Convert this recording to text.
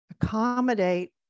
accommodate